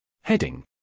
Heading